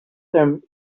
them